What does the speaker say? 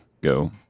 go